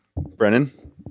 Brennan